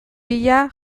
bila